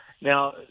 Now